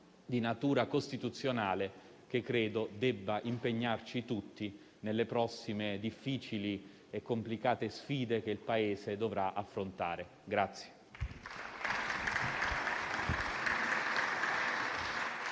di natura costituzionale, che credo debba coinvolgerci tutti nelle prossime difficili e complicate sfide che il Paese dovrà affrontare.